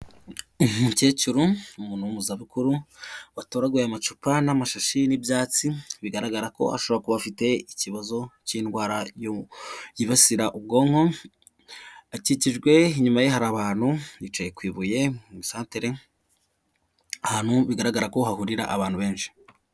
Umukecuru umuntu mu zabukuru watoraguye amacupa n'amashashi n'ibyatsi bigaragara ko ashobora kuba afite ikibazo cy'indwara yibasira ubwonko akikijwe inyuma hari abantu bicaye ku ibuye mu isantere ahantu bigaragara ko hahurira abantu benshi.